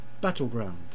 battleground